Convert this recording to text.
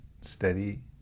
steady